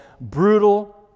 brutal